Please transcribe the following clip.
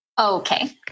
Okay